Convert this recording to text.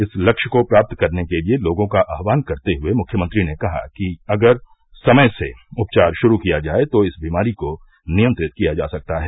इस लक्ष्य को प्राप्त करने के लिये लोगों का आह्वान करते हुये मुख्यमंत्री ने कहा कि अगर समय से उपचार शुरू किया जाये तो इस बीमारी को नियंत्रित किया जा सकता है